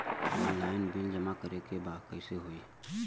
Online bill जमा करे के बा कईसे होगा?